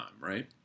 right